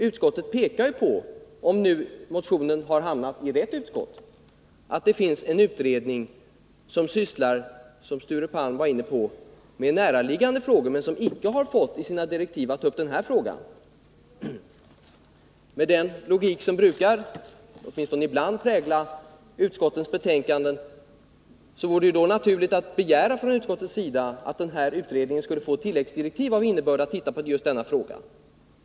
Utskottet pekar på att det finns en utredning som sysslar med näraliggande frågor, vilket Sture Palm var inne på, men som icke fått direktiv att ta upp den här frågan. Med den logik som åtminstone ibland brukar prägla utskottens betänkanden vore det naturligt att utskottet begärde att denna utredning skulle få tilläggsdirektiv med innebörden att den skall titta på just denna fråga.